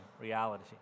reality